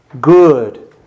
good